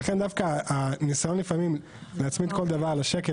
ולכן דווקא הניסיון לפעמים להצמיד כל דבר בשקל,